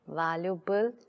valuable